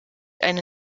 eine